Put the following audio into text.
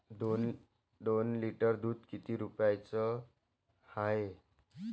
दोन लिटर दुध किती रुप्याचं हाये?